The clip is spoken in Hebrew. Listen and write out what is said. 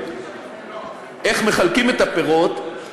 איך מחלקים את הפירות,